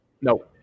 No